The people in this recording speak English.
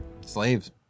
Slaves